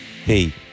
Hey